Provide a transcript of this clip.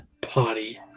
Potty